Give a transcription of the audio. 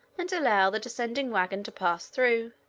and allow the descending wagon to pass through.